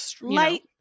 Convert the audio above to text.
Light